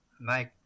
make